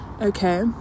Okay